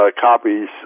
copies